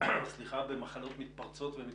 במחלות מתפרצות ומתחדשות.